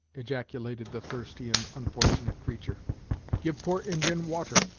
ejaculated the thirsty and unfortunate creature give poor injin water.